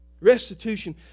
Restitution